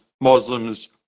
Muslims